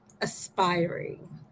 aspiring